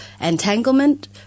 entanglement